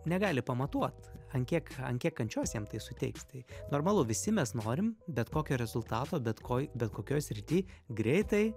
negali pamatuot ant kiek ant kiek kančios jam tai suteiks tai normalu visi mes norim bet kokio rezultato bet koj bet kokioj srity greitai